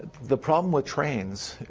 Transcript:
the problem with trains,